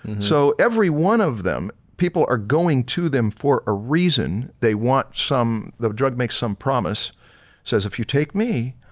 so, every one of them, people are going to them for a reason. they want some the drug makes some promise, it says if you take me,